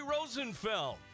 Rosenfeld